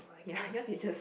ya yours is just